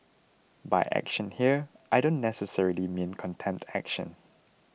by action here I don't necessarily mean contempt action